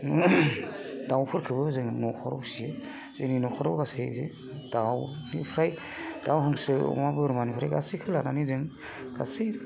दाउफोरखोबो जों न'खराव फियो जोंनि न'खराव गासै दाउ निफ्राय दाउ हांसो अमा बोरमानिफ्राय गासिखोबो लानानै जों गासै